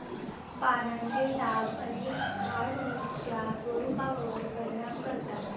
पानांचे डाग अनेक हार्डवुड्सच्या स्वरूपावर परिणाम करतात